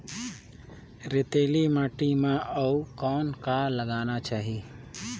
रेतीली माटी म अउ कौन का लगाना चाही?